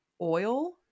oil